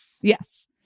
Yes